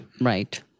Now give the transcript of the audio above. Right